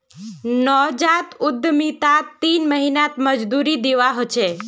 नवजात उद्यमितात तीन महीनात मजदूरी दीवा ह छे